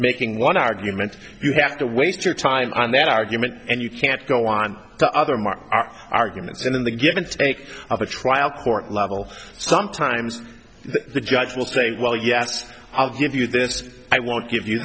making one argument you have to waste your time on that argument and you can't go on the other mark our arguments and in the give and take of the trial court level sometimes the judge will say well yes i'll give you this i won't give you